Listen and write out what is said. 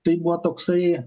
tai buvo toksai